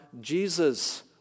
Jesus